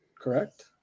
correct